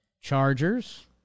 Chargers